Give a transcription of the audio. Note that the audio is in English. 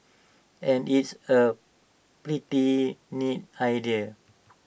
and it's A pretty neat idea